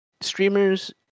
streamers